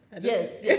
yes